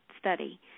study